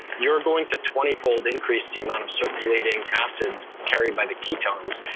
you're going to twenty fold increase the amount of circulating acids carried by the ketones.